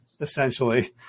essentially